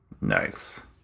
Nice